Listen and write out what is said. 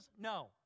No